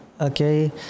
okay